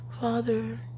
Father